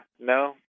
no